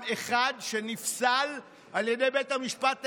אחד שנפסל על ידי בית המשפט העליון,